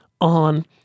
on